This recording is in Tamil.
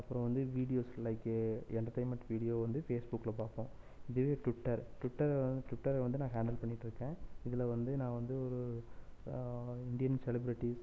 அப்புறம் வந்து வீடியோஸ் லைக் என்டர்டைமென்ட் வீடியோ வந்து ஃபேஸ்புக்கில் பார்ப்போம் இதுவே ட்விட்டர் ட்விட்டரை வந்து நான் ஹாண்டில் பண்ணிட்டு இருக்கேன் இதில் வந்து நான் வந்து ஒரு இந்தியன் செலிப்ரிட்டிஸ்